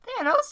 Thanos